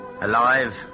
alive